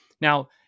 Now